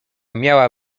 miała